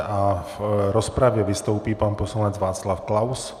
V rozpravě vystoupí pan poslanec Václav Klaus.